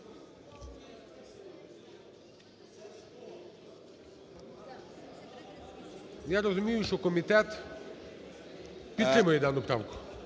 Я розумію, що комітет підтримує дану правку.